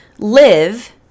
Live